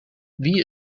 wie